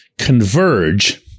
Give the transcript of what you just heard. converge